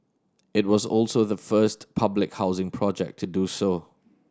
it was also the first public housing project to do so